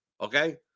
okay